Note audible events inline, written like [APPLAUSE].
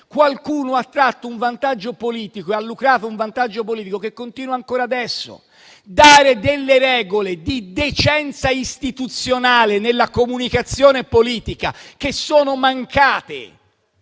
qualcuno ha tratto un vantaggio politico e ha lucrato un vantaggio politico che continua ancora adesso. [APPLAUSE] Dare delle regole di decenza istituzionale nella comunicazione politica, che sono mancate